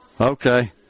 okay